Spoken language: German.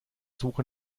suche